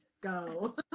go